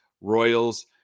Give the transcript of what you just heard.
Royals